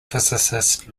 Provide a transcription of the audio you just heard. physicist